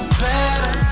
better